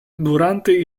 durante